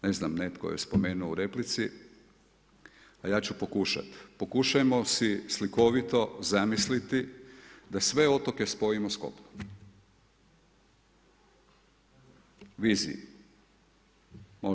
Ne znam netko je spomenuo u replici, a ja ću pokušati, pokušajmo si slikovito zamisliti da sve otoke spojimo s kopnom u viziji.